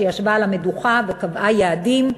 שישבה על המדוכה וקבעה יעדים,